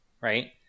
right